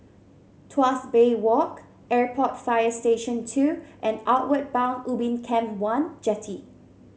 Tuas Bay Walk Airport Fire Station Two and Outward Bound Ubin Camp one Jetty